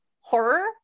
horror